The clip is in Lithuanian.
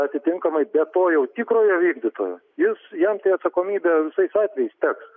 atitinkamai be to jau tikrojo vykdytojo jis jam tai atsakomybė visais atvejais teks